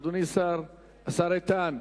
אדוני השר איתן.